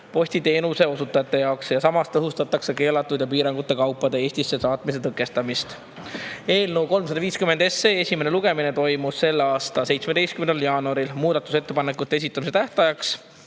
postiteenuse osutajate jaoks ja samas tõhustatakse keelatud ja piirangutega kaupade Eestisse saatmise tõkestamist. Eelnõu 350 esimene lugemine toimus selle aasta 17. jaanuaril. Muudatusettepanekute esitamise tähtajaks,